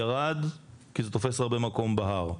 ירד, כי זה תופס הרבה מקום בהר.